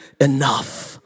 enough